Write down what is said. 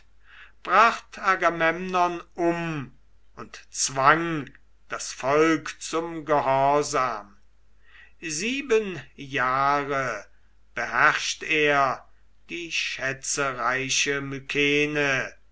agamemnon um und zwang das volk zum gehorsam sieben jahre beherrscht er die schätzereiche mykene